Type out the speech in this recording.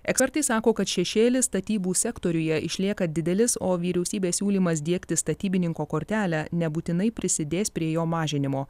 ekspertai sako kad šešėlis statybų sektoriuje išlieka didelis o vyriausybės siūlymas diegti statybininko kortelę nebūtinai prisidės prie jo mažinimo